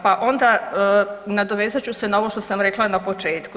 Pa onda nadovezat ću se ovo što sam rekla na početku.